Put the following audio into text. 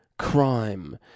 crime